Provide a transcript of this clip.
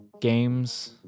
games